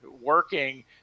working